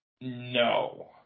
No